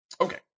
Okay